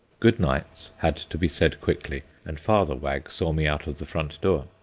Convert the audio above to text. good-nights had to be said quickly, and father wag saw me out of the front door.